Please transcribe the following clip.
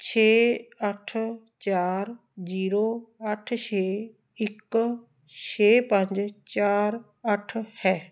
ਛੇ ਅੱਠ ਚਾਰ ਜ਼ੀਰੋ ਅੱਠ ਛੇ ਇੱਕ ਛੇ ਪੰਜ ਚਾਰ ਅੱਠ ਹੈ